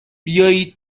بیایید